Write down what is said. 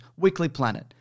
weeklyplanet